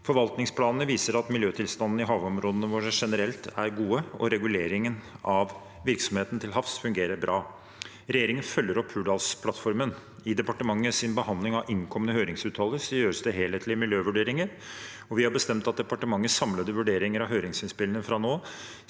Forvaltningsplanene viser at miljøtilstanden i havområdene våre generelt er god, og reguleringen av virksomheten til havs fungerer bra. Regjeringen følger opp Hurdalsplattformen. I departementets behandling av innkomne høringsuttalelser gjøres det helhetlige miljøvurderinger, og vi har bestemt at departementets samlede vurderinger av høringsinnspillene fra nå